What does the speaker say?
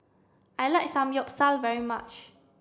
I like Samgyeopsal very much